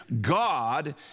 God